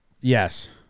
Yes